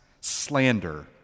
slander